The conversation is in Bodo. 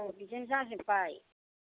बिदोनो जाजोबबाय